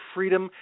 Freedom